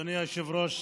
אדוני היושב-ראש,